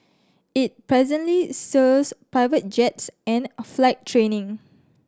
it presently serves private jets and flight training